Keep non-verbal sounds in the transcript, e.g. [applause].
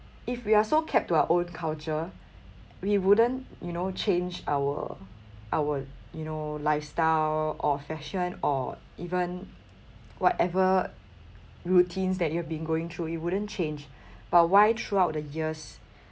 if we are so kept to our own culture we wouldn't you know change our our you know lifestyle or fashion or even whatever routines that you have been going through you wouldn't change [breath] but why throughout the years